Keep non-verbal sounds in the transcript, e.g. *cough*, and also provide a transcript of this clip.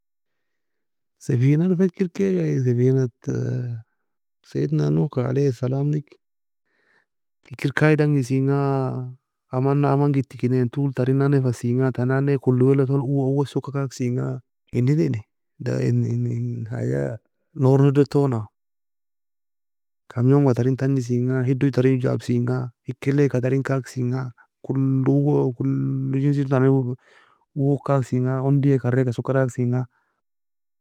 سفينة la فكر kaga ayie سفينة *hesitation* سيدنا نوح ka عليه السلام neg hikr kaye dangi sienga aman na aman getikenai en taue tern nan ne falsinga tern nan ne كل waela tone owo owo soka kagsinga enin eny en en حاجة nourni edo tona كم يوم ga tern tangi sienga hido taren jabsin ga hikal leika tern kagsinga كل owo كل جنس tern owo *hesitation* kagsinga ondi karri tern soka kagsinga